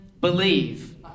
believe